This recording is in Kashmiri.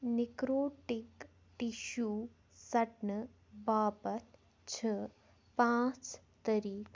نیکروٹک ٹشوٗ ژٹنہٕ باپتھ چھِ پانژھ طریٖق